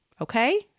okay